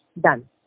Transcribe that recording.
done